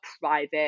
private